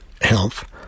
health